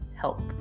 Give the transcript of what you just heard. Help